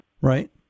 Right